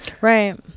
right